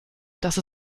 dass